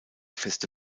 feste